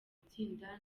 gutsinda